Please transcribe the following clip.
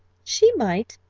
she might,